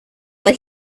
but